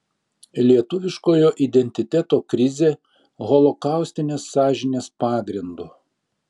lietuviškojo identiteto krizė holokaustinės sąžinės pagrindu